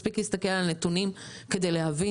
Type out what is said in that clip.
מספיק להסתכל על הנתונים כדי להבין